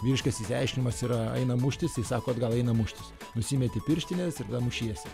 vyriškas išsiaiškinimas yra einam muštis jis sako atgal einam muštis nusimeti pirštines ir tada mušiesi